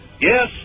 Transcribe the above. Yes